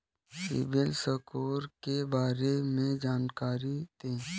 CIBIL score के बारे में जानकारी दें?